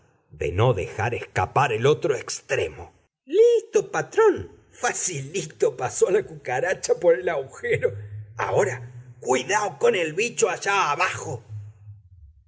de no dejar escapar el otro extremo listo patrón fasilito pasó la cucaracha por el aujero aora cuidao con el bicho ayá abajo